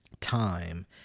time